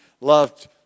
loved